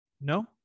No